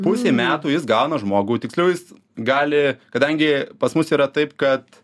pusei metų jis gauna žmogų tiksliau jis gali kadangi pas mus yra taip kad